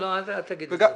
לא, אל תגיד את זה.